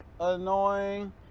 annoying